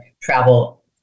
travel